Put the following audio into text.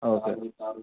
okay